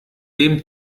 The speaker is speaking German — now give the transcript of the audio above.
dem